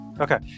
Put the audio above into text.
Okay